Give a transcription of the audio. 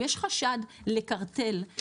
אם יש חשד לקרטל,